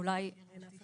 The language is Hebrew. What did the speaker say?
אין לזה